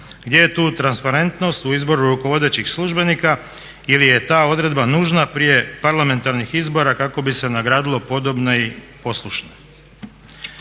Gdje je tu transparentnost u izboru rukovodećih službenika ili je ta odredba nužna prije parlamentarnih izbora kako bi se nagradilo podobne i poslušne.